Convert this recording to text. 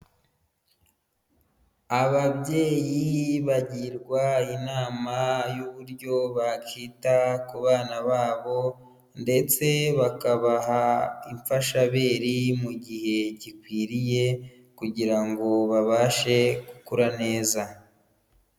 Ababyeyi bagirwa inama y'uburyo bakwita ku bana babo ndetse bakabaha imfashabere mu gihe gikwiriye kugirango babashe gukura neza.